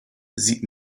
sieht